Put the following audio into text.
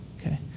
Okay